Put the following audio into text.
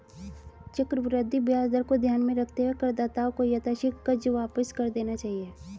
चक्रवृद्धि ब्याज दर को ध्यान में रखते हुए करदाताओं को यथाशीघ्र कर्ज वापस कर देना चाहिए